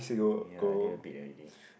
ya I need the bed already